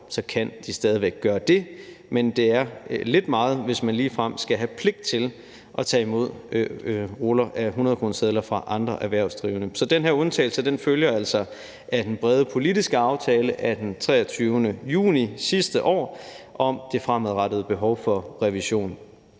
kan de stadig væk gøre det. Men det er lidt meget, hvis man ligefrem skal have pligt til at tage imod ruller af hundredkronesedler fra andre erhvervsdrivende. Så den her undtagelse følger altså af den brede politiske aftale af 23. juni sidste år om det fremadrettede behov for revision.